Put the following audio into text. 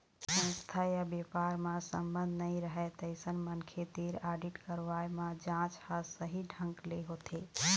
संस्था य बेपार म संबंध नइ रहय तइसन मनखे तीर आडिट करवाए म जांच ह सही ढंग ले होथे